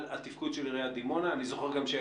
מצאנו: העדר אפשרות להגשה מקוונת,